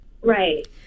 Right